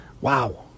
Wow